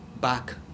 back